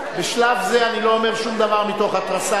בשלב זה אני לא אומר שום דבר מתוך התרסה,